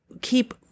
keep